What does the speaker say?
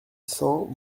cents